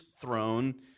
throne